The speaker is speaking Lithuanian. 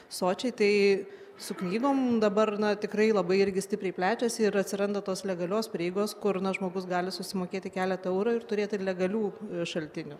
sočiai tai suklydom dabar na tikrai labai irgi stipriai plečiasi ir atsiranda tos legalios prieigos kur na žmogus gali susimokėti keletą eurų ir turėti ir legalių šaltinių